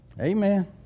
Amen